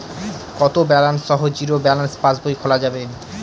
কত ব্যালেন্স সহ zero balance পাসবই খোলা যাবে?